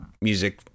music